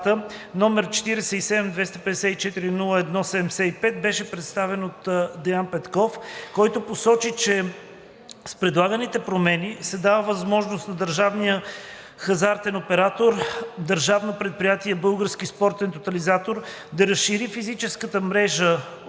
№ 47-254-01-75, беше представен от Деян Петков, който посочи, че с предлаганите промени се дава възможност на държавния хазартен оператор Държавно предприятие „Български спортен тотализатор“ да разшири физическата мрежа